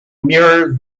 mirrored